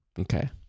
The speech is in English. Okay